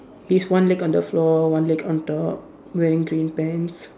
his one leg on the floor one leg on top wearing green pants